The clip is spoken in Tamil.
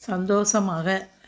சந்தோஷமாக